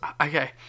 okay